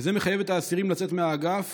וזה מחייב את האסירים לצאת מהאגף